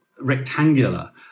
rectangular